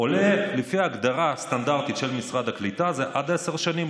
עולה לפי ההגדרה הסטנדרטית של משרד הקליטה זה עד עשר שנים,